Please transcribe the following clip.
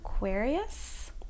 Aquarius